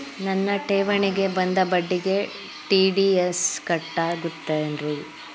ನನ್ನ ಠೇವಣಿಗೆ ಬಂದ ಬಡ್ಡಿಗೆ ಟಿ.ಡಿ.ಎಸ್ ಕಟ್ಟಾಗುತ್ತೇನ್ರೇ?